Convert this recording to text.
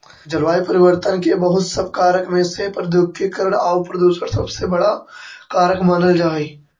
जलवायु परिवर्तन के बहुत सब कारक में से औद्योगिकीकरण आउ प्रदूषण सबसे बड़ा कारक मानल जा हई